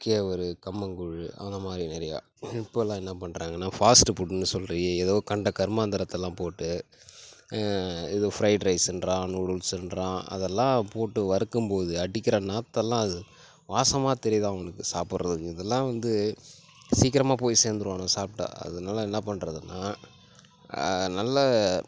கேவுரு கம்மங்கூழ் அந்தமாதிரி நிறையா இப்போதெல்லாம் என்ன பண்றாங்கன்னால் ஃபாஸ்ட்டு ஃபுட்ன்னு சொல்லி ஏதோ கண்ட கருமாந்திரத்தெல்லாம் போட்டு இது ஃப்ரைட் ரைஸ்ன்றான் நூடுல்ஸ்ன்றான் அதெல்லாம் போட்டு வறுக்கும் போது அடிக்கிற நாத்தம்ல்லாம் அது வாசமாக தெரியுது அவங்களுக்கு சாப்பிட்றதுக்கு இதெல்லாம் வந்து சீக்கரமாக போய் சேர்ந்துருவாங்க சாப்பிட்டா அதனால் என்ன பண்றதுன்னால் நல்ல